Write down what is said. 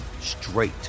straight